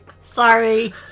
Sorry